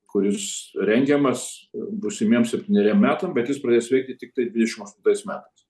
kuris rengiamas būsimiem septyneriem metam bet jis pradės veikti tiktai dvidešimt aštuntais metais